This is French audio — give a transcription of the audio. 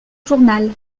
journal